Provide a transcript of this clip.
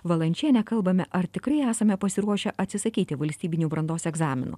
valančiene kalbame ar tikrai esame pasiruošę atsisakyti valstybinių brandos egzaminų